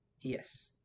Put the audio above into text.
Yes